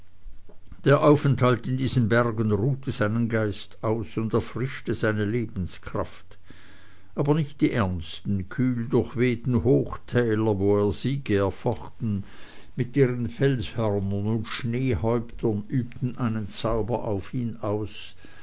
der aufenthalt in diesen bergen ruhte seinen geist aus und erfrischte seine lebenskraft aber nicht die ernsten kühl durchwehten hochtäler wo er siege erfochten mit ihren felshörnern und schneehäuptern übten einen zauber auf ihn aus